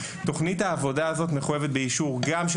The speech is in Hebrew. תכנית העבודה הזו מחויבת באישור גם של